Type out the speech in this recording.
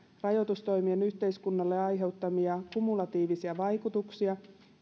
rajoitustoimien yhteiskunnalle aiheuttamia kumulatiivisia vaikutuksia